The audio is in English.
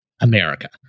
America